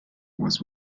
was